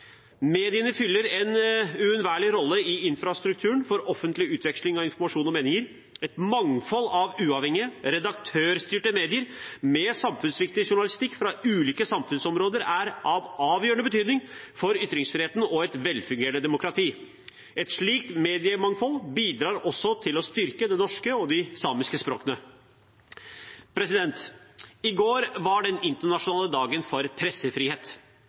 Mediene fyller en uunnværlig rolle i infrastrukturen for offentlig utveksling av informasjon og meninger. Et mangfold av uavhengige, redaktørstyrte medier med samfunnsviktig journalistikk fra ulike samfunnsområder er av avgjørende betydning for ytringsfriheten og et velfungerende demokrati. Et slikt mediemangfold bidrar også til å styrke det norske og de samiske språkene. I går var den internasjonale dagen for pressefrihet.